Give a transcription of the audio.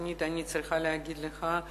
שנית, אני צריכה להגיד לך,